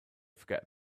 forget